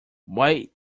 why